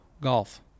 golf